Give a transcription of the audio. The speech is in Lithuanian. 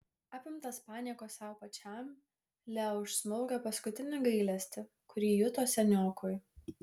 apimtas paniekos sau pačiam leo užsmaugė paskutinį gailestį kurį juto seniokui